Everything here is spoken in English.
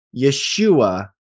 Yeshua